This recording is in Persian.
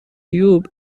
یوتوب